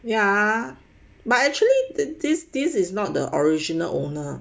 ya but actually the this this is not the original owner